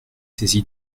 saisi